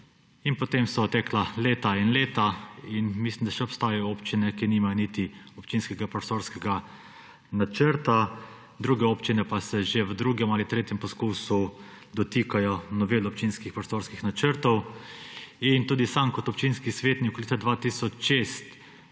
In potem so tekla leta in leta in mislim, da še obstajajo občine, ki nimajo niti občinskega prostorskega načrta, druge občine pa se že v drugem ali tretjem poskusu dotikajo novel občinskih prostorskih načrtov. Tudi sam kot občinski svetnik se od leta 2006